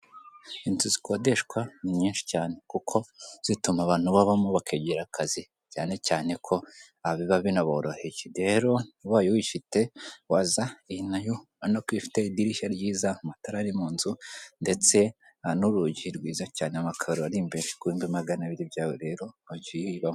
Inzu zikodeshwa ni nyinshi cyane kuko zituma abantu babamo bakegera akazi cyane cyane ko biba binaboroheye rero ubaye unifite waza, iyi nayo urabona ko ifite idirishya ryiza amatara ari mu nzu ndetse n'urugi rwiza cyane amakaro ari imbere kubihumbi magana abiri byawe rero wajya uyibamo.